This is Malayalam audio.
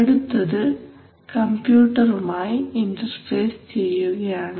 അടുത്തത് കംപ്യൂട്ടറുമായി ഇൻറർഫേസ് ചെയ്യുകയാണ്